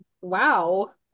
Wow